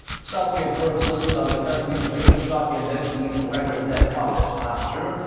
south korean firms listed on the country's main stock index reaped record net profits last year.